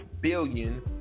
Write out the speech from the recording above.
billion